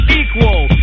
equal